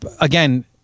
again